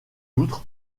outre